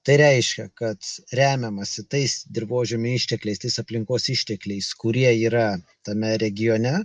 tai reiškia kad remiamasi tais dirvožemio ištekliais tais aplinkos ištekliais kurie yra tame regione